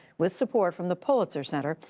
with support from the pulitzer center,